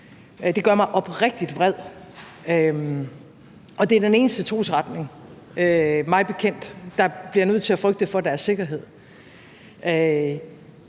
Det gør mig oprigtig vred. Det er den eneste trosretning, mig bekendt, hvis medlemmer bliver nødt til at frygte for deres sikkerhed.